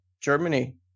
Germany